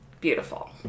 Beautiful